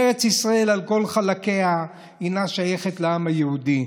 ארץ ישראל על כל חלקיה שייכת לעם היהודי,